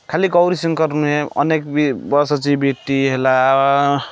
ଖାଲି ଗୌରୀଶଙ୍କର ନୁହେଁ ଅନେକ ବି ବସ୍ ଅଛି ବିଟି ହେଲା